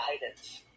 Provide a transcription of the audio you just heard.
guidance